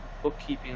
bookkeeping